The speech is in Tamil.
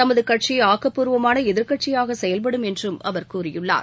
தமது கட்சி ஆக்கப்பூர்வமான எதிர்க்கட்சியாக செயல்படும் என்றும் அவர் கூறியுள்ளார்